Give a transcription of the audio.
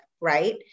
right